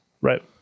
Right